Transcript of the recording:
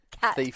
cat